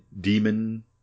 demon